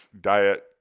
diet